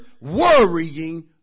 worrying